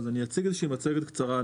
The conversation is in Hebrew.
אני אציג מצגת קצרה.